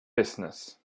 business